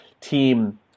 team